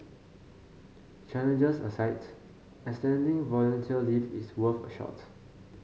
challenges aside extending volunteer leave is worth a shot